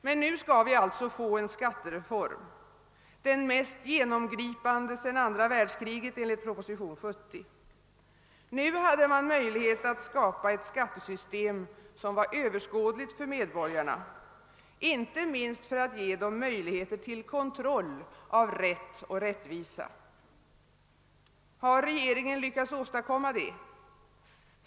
Men nu skall vi alltså få en skattereform — den mest genomgripande sedan andra världskriget enligt propositionen 70. Nu hade man möjlighet att skapa ett skattesystem som var överskådligt för medborgarna, inte minst för att ge dem möjligheter till kontroll av rätt och rättvisa. Har regeringen lyckats åstadkomma detta?